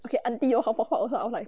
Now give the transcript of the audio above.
okay auntie I was like